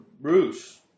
Bruce